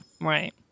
Right